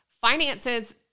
finances